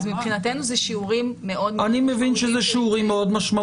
ונראה מה רוב השופטים חשבו על הכנסת ההליך של